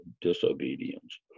disobedience